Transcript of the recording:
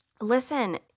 Listen